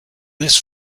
this